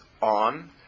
on